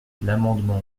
l’amendement